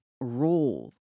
role